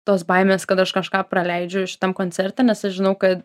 tos baimės kad aš kažką praleidžiu šitam koncerte nes aš žinau kad